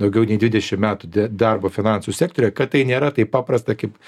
daugiau nei dvidešim metų de darbo finansų sektoriuje kad tai nėra taip paprasta kaip